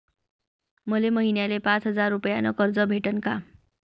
मले महिन्याले पाच हजार रुपयानं कर्ज भेटन का?